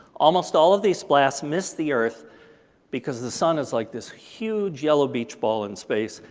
almost all of these blasts miss the earth because the sun is like this huge yellow beach ball in space,